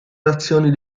reazioni